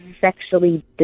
sexually